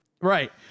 right